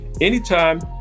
anytime